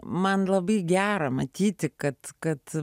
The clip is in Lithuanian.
man labai gera matyti kad kad